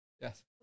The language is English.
Yes